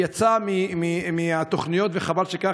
יצא מהתוכניות, וחבל שכך.